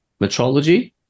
metrology